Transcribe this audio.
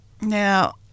Now